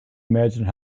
imagined